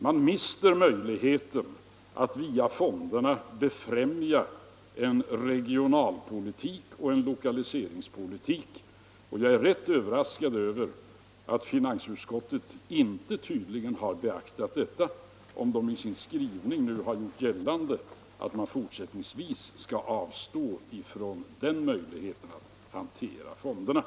Man bibehåller möjligheten att via fonderna befrämja en regionalpolitik och en lokaliseringspolitik, om man tillämpar §9 mom. 3, och jag är rätt överraskad över att finansutskottet tydligen inte har beaktat detta, - Nr 90 om utskottet i sin SKIVA HAr gjort gällande att man fortsättningsvis Måndagen den skall avstå från denna möjlighet att hantera fonderna.